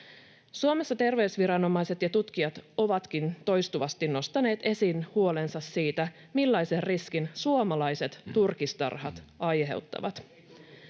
Suomessa terveysviranomaiset ja tutkijat ovatkin toistuvasti nostaneet esiin huolensa siitä, millaisen riskin suomalaiset turkistarhat aiheuttavat.